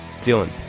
Dylan